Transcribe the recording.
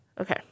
Okay